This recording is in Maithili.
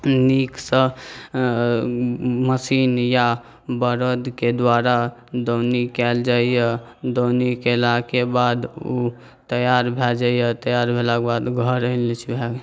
नीकसँ मशीन या बड़दके द्वारा दौनी कएल जाइए दौनी केलाके बाद ओ तैआर भऽ जाइए तैआर भेलाके बाद घर आनि लै छी भऽ गेल